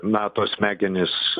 nato smegenys